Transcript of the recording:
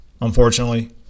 unfortunately